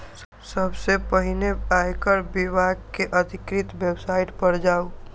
सबसं पहिने आयकर विभाग के अधिकृत वेबसाइट पर जाउ